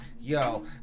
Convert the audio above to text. yo